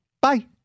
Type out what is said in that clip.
Bye